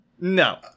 No